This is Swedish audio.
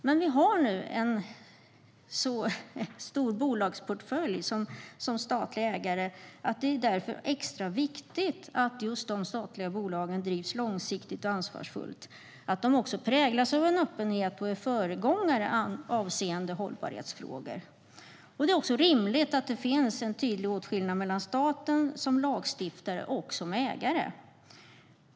Men eftersom vi som statlig ägare har en så stor bolagsportfölj är det extra viktigt att just de statliga bolagen drivs långsiktigt och ansvarsfullt, att de präglas av en öppenhet och att de är föregångare avseende hållbarhetsfrågor. Det är också rimligt att det finns en tydlig åtskillnad mellan staten som lagstiftare och som ägare.